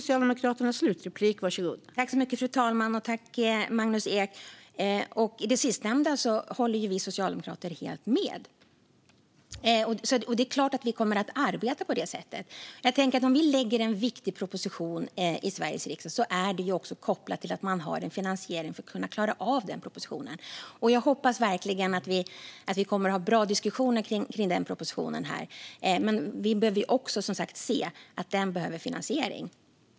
Fru talman! När det gäller det sistnämnda håller vi socialdemokrater helt med. Det är klart att vi kommer att arbeta på det sättet. Om vi lägger fram en viktig proposition i Sveriges riksdag är det också kopplat till att man har en finansiering för att kunna klara av denna proposition. Jag hoppas verkligen att vi kommer att ha bra diskussioner om denna proposition här. Men vi behöver också, som sagt, se att den har finansiering.